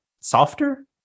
softer